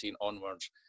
onwards